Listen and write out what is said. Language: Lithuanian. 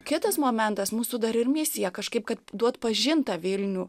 kitas momentas mūsų dar ir misija kažkaip kad duot pažint tą vilnių